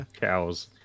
Cows